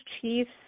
Chiefs